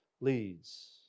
leads